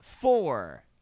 Four